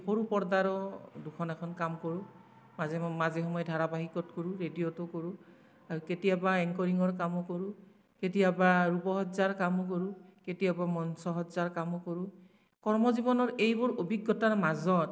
সৰু পৰ্দাৰো দুখন এখন কাম কৰোঁ মাজে মাজে সময়ে ধাৰাবাহিকত কৰোঁ ৰেডিঅ'টো কৰোঁ কেতিয়াবা এংকৰিঙৰ কামো কৰোঁ কেতিয়াবা ৰূপসজ্জাৰ কামো কৰোঁ কেতিয়াবা মঞ্চসজ্জাৰ কামো কৰোঁ কৰ্মজীৱনৰ এইবোৰ অভিজ্ঞতাৰ মাজত